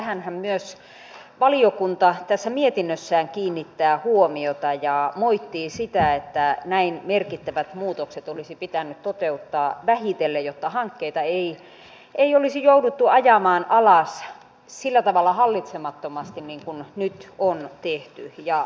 tähänhän myös valiokunta tässä mietinnössään kiinnittää huomiota ja moittii sitä että näin merkittävät muutokset olisi pitänyt toteuttaa vähitellen jotta hankkeita ei olisi jouduttu ajamaan alas sillä tavalla hallitsemattomasti niin kuin nyt on tehty